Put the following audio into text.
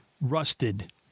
rusted